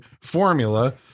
formula